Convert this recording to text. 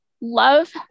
love